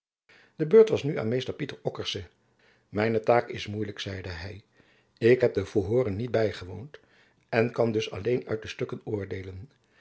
de beurt was nu aan mr pieter ockerse mijne taak is moeielijk zeide hy ik heb de verhooren niet bygewoond en kan dus alleen uit de stukken oordeelen